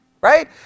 right